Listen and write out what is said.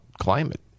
climate